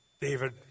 David